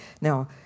Now